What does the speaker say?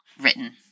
written